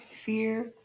Fear